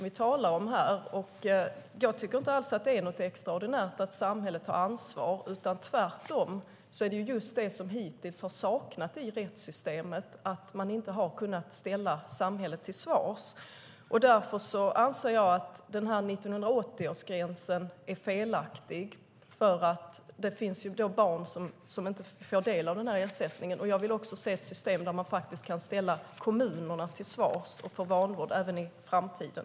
Det är inte extraordinärt att samhället tar ansvar. Tvärtom är det vi hittills har saknat i rättssystemet att samhället inte har ställts till svars. Därför anser jag att 1980-gränsen är felaktig. Det finns barn som inte får del av ersättningen. Jag vill också se ett system där kommunerna ställs till svars för vanvård även i framtiden.